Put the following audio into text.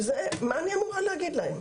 מה אני אמורה להגיד להם?